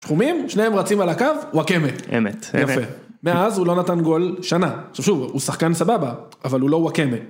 שחומים, שניהם רצים על הקו, וואקמה. אמת. יפה. מאז הוא לא נתן גול שנה. עכשיו שוב, הוא שחקן סבבה, אבל הוא לא וואקמה.